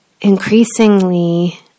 increasingly